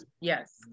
Yes